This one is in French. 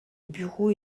bureaux